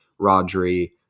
Rodri